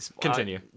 continue